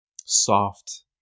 soft